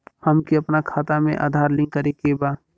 हमके अपना खाता में आधार लिंक करें के बा?